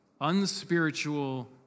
unspiritual